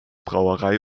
brauerei